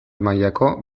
mailako